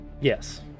Yes